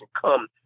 come